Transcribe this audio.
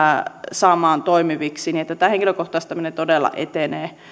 saamaan toimiviksi niin että tämä henkilökohtaistaminen todella etenee